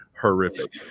horrific